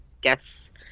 guess